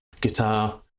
guitar